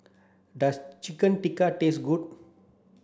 does Chicken Tikka taste good